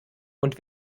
und